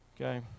okay